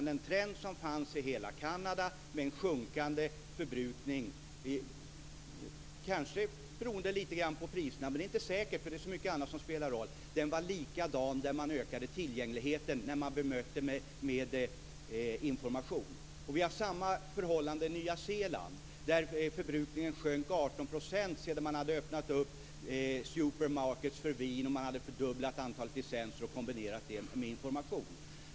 Den trend som fanns i hela Kanada med en sjunkande förbrukning var likadan i de områden där man ökade tillgängligheten och bemötte med information. Det berodde kanske lite grann på priserna, men det är inte säkert. Det är så mycket annat som spelar roll. Vi har samma förhållande i Nya Zeeland. Där sjönk förbrukningen med 18 % sedan man hade öppnat supermarkets för vin, fördubblat antalet licenser och kombinerat det med information.